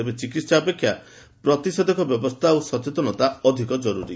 ତେବେ ଚିକିହା ଅପେକ୍ଷା ପ୍ରତିଷେଧକ ବ୍ୟବସ୍କା ଓ ସଚେତନତା ଅଧିକ ଜର୍ତରୀ